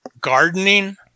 gardening